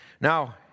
now